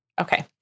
Okay